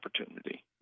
opportunity